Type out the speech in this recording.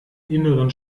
inneren